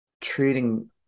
treating